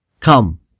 Come